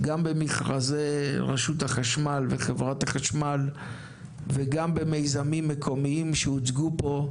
גם במכרזי רשות החשמל וחברת החשמל וגם במיזמים מקומיים שהוצגו פה,